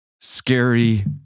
scary